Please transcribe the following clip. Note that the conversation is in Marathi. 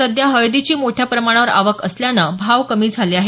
सध्या हळदीची मोठ्या प्रमाणावर आवक असल्यानं भाव कमी झाले आहेत